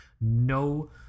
No